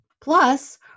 Plus